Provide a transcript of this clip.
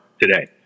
today